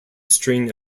string